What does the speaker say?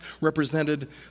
represented